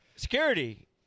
Security